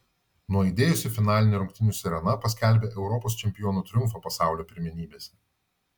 nuaidėjusi finalinė rungtynių sirena paskelbė europos čempionų triumfą pasaulio pirmenybėse